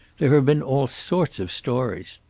there have been all sorts of stories.